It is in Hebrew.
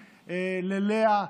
ללאה,